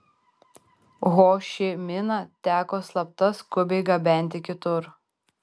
ho ši miną teko slapta skubiai gabenti kitur